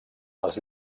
als